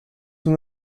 una